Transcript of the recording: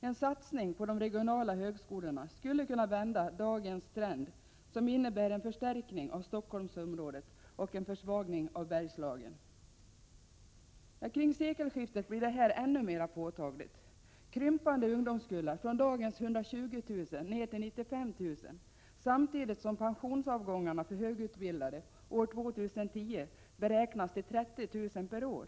En satsning på de regionala högskolorna skulle kunna vända dagens trend, som innebär en förstärkning av Stockholmsområdet och en försvagning av Bergslagen. Kring sekelskiftet blir detta ännu mera påtagligt, med ungdomskullar som krymper från dagens 120 000 till 95 000, samtidigt som pensions avgångarna för högutbildade år 2010 beräknas till 30 000 per år.